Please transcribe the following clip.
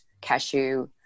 cashew